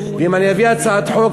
ואם אביא הצעת חוק,